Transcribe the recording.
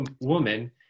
woman